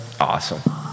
Awesome